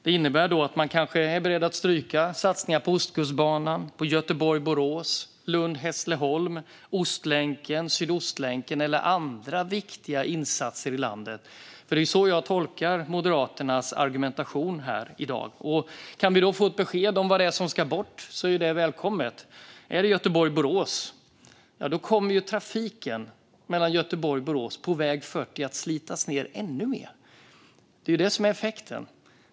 Då innebär det att man kanske är beredd att stryka satsningar på Ostkustbanan, Göteborg-Borås, Lund-Hässleholm, Ostlänken, Sydostlänken eller andra viktiga insatser i landet. Det är så jag tolkar Moderaternas argumentation här i dag. Kan vi då få ett besked om vad det är som ska bort? Det vore välkommet. Är det Göteborg-Borås? Ja, då kommer trafiken mellan Göteborg och Borås att göra att väg 40 kommer att slitas ned ännu mer. Det är det som är effekten.